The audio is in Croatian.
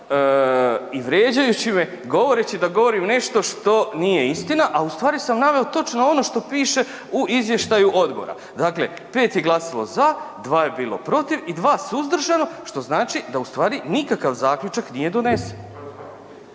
i vrijeđajući me, govoreći da govorim nešto što nije istina a ustvari sam naveo točno ono što piše u izvještaju odbora. Dakle, pet je glasao za, dva je bilo protiv i dva suzdržana što znači da ustvari nikakav zaključak nije donesen.